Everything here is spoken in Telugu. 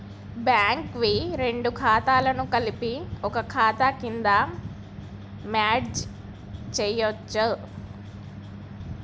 బ్యాంక్ వి రెండు ఖాతాలను కలిపి ఒక ఖాతా కింద మెర్జ్ చేయచ్చా?